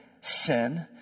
sin